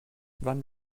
wann